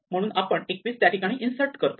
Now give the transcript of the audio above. म्हणून आपण 21 त्या ठिकाणी इन्सर्ट करतो